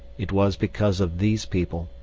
it was because of these people,